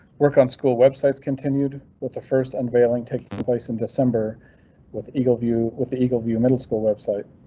work on school websites continued with the first unveiling taking place in december with eagle view with the eagle view middle school website.